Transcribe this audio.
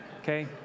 okay